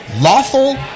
Lawful